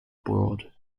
abroad